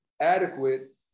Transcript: adequate